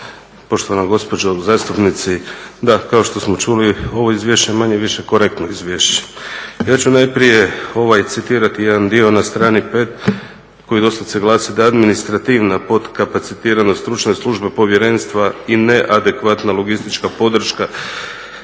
poštovana gospođo zastupnici, da kao što smo čuli ovo izvješće je manje-više korektno izvješće. Ja ću najprije citirati jedan dio na strani 5. koji doslovce glasi da administrativna podkapacitiranost stručne službe Povjerenstva i neadekvatna logistička podrška